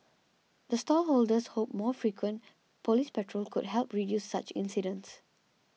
the stall holders hope more frequent police patrol could help reduce such incidents